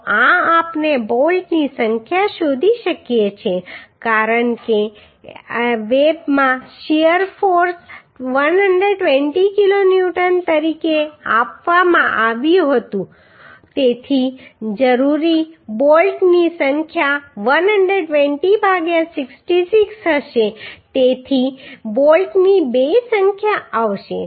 તો આ આપણે બોલ્ટની સંખ્યા શોધી શકીએ છીએ કારણ કે વેબમાં શીયર ફોર્સweb shear force 120 કિલોન્યુટન તરીકે આપવામાં આવ્યું હતું તેથી જરૂરી બોલ્ટની સંખ્યા 120 ભાગ્યા 66 હશે તેથી તે બોલ્ટની બે સંખ્યા આવશે